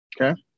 Okay